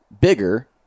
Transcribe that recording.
bigger